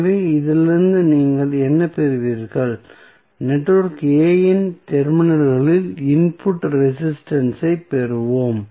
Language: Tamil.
எனவே இதிலிருந்து நீங்கள் என்ன பெறுவீர்கள் நெட்வொர்க் A இன் டெர்மினல்களில் இன்புட் ரெசிஸ்டன்ஸ் ஐப் பெறுவோம்